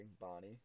Bonnie